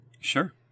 Sure